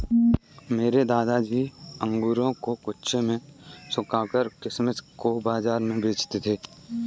मेरे दादाजी अंगूरों को धूप में सुखाकर किशमिश को बाज़ार में बेचते थे